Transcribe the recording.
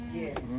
yes